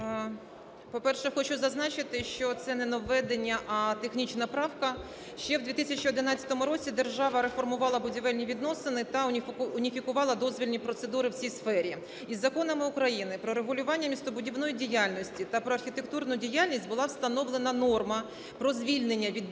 По-перше, хочу зазначити, що це не нововведення, а технічна правка. Ще в 2011 році держава реформувала будівельні відносини та уніфікувала дозвільні процедури у цій сфері. І законами України "Про регулювання містобудівної діяльності" та "Про архітектурну діяльність" була встановлена норма про звільнення від будь-яких